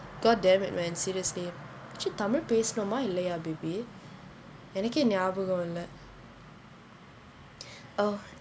god damn it man seriously actually tamil பேசணுமா இல்லையா:pesanumaa ilaiyaa baby எனக்கே ஞாபகம் இல்லை:enakke nyabakam illai oh